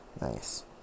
nice